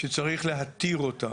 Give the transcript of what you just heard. שצריך להתיר אותה.